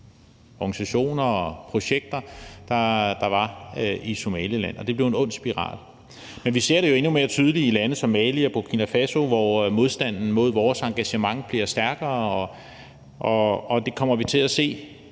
organisationer og projekter, der var i Somaliland, og det blev en ond spiral. Men vi ser det jo endnu mere tydeligt i lande som Mali og Burkina Faso, hvor modstanden mod vores engagement bliver stærkere, og det kommer vi til at se